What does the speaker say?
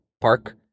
park